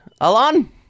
Alon